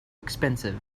expensive